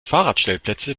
fahrradstellplätze